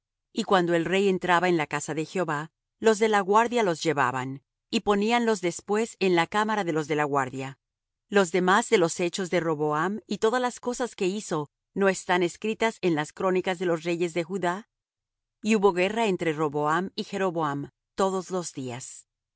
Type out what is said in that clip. y cuando el rey entraba en la casa de jehová los de la guardia los llevaban y poníanlos después en la cámara de los de la guardia lo demás de los hechos de roboam y todas las cosas que hizo no están escritas en las crónicas de los reyes de judá y hubo guerra entre roboam y jeroboam todos los días y